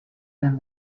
than